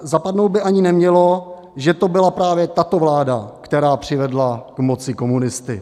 Zapadnout by ani nemělo, že to byla právě tato vláda, která přivedla k moci komunisty.